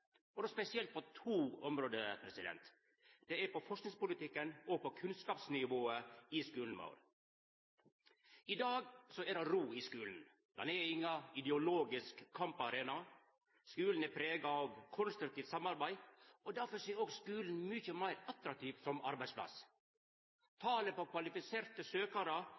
utdanningspolitikken, og då spesielt på to område: Det er på forskingspolitikken og på kunnskapsnivået i skulen vår. I dag er det ro i skulen – han er ingen ideologisk kamparena. Skulen er prega av konstruktivt samarbeid, og difor er skulen også mykje meir attraktiv som arbeidsplass. Talet på kvalifiserte